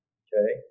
okay